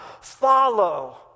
follow